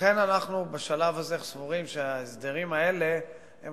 לכן אנחנו בשלב הזה סבורים שההסדרים האלה הם